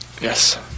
Yes